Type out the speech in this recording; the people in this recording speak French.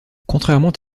contrairement